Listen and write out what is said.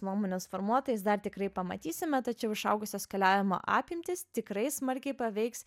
nuomonės formuotojas dar tikrai pamatysime tačiau išaugusias keliavimo apimtys tikrai smarkiai paveiks